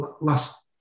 last